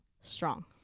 strong